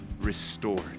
restored